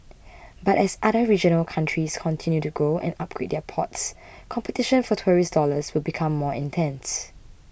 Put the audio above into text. but as other regional countries continue to grow and upgrade their ports competition for tourist dollars will become more intense